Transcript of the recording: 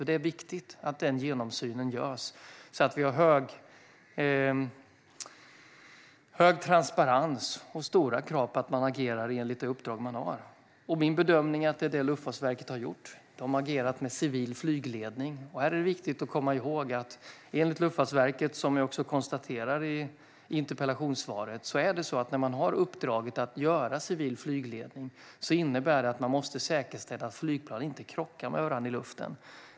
Det är viktigt att den genomsynen görs så att vi har hög transparens och stora krav på att man agerar enligt de uppdrag man har. Min bedömning är att det är vad Luftfartsverket har gjort. Det har agerat med civil flygledning. Här är det viktigt att komma ihåg att enligt Luftfartsverket, som jag också konstaterar i interpellationssvaret, innebär uppdraget att ha civil flygledning att man måste säkerställa att flygplan inte krockar med varandra i luften.